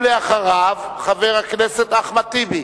ואחריו, חבר הכנסת אחמד טיבי,